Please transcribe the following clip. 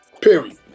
period